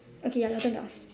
okay ya your turn to ask